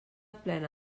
plena